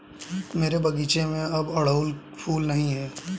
मेरे बगीचे में अब अड़हुल फूल नहीं हैं